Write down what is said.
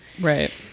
Right